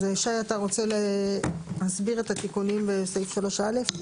אז שי, אתה רוצה להסביר את התיקונים בסעיף 3א?